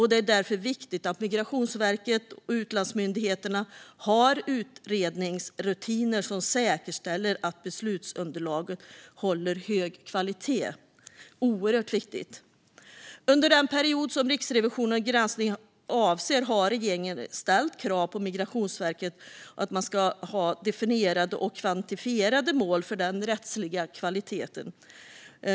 Det är därför viktigt att Migrationsverket och utlandsmyndigheterna har utredningsrutiner som säkerställer att beslutsunderlaget håller hög kvalitet. Detta är oerhört viktigt. Under den period som Riksrevisionens granskning avser har regeringen ställt krav på att Migrationsverket ska ha definierade och kvantifierade mål för den rättsliga kvaliteten.